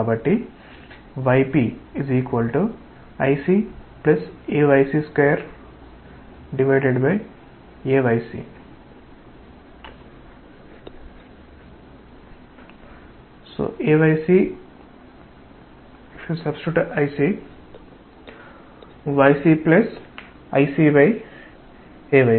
కాబట్టి ypIc Ayc2AycycIcAyc